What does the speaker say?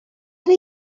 خاطر